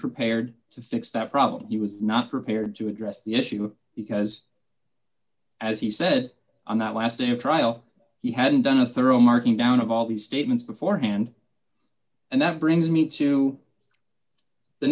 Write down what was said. prepared to fix that problem he was not prepared to address the issue because as he said on that last day of trial he hadn't done a thorough marking down of all the statements beforehand and that brings me to the